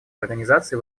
организаций